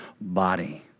body